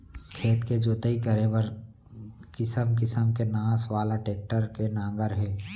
खेत के जोतई करे बर किसम किसम के नास वाला टेक्टर के नांगर हे